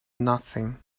nothing